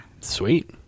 Sweet